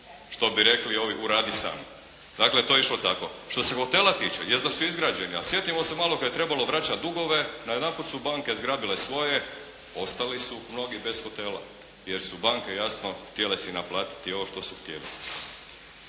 što bi rekli ovi uradi sam. Dakle, to je išlo tako. Što se hotela tiče jest da su izgrađeni, ali sjetimo se malo kad je trebalo vraćati dugove najedanput su banke zgrabile svoje, ostali su mnogi bez hotela jer su banke jasno htjele si naplatiti ovo što su htjele.